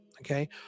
okay